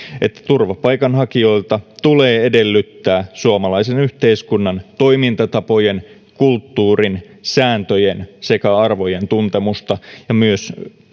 että turvapaikanhakijoilta tulee edellyttää suomalaisen yhteiskunnan toimintatapojen kulttuurin sääntöjen sekä arvojen tuntemusta ja myös